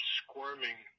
squirming